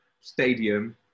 stadium